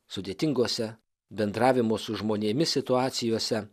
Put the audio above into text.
sudėtingose bendravimo su žmonėmis situacijose